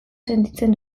sentitzen